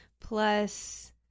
plus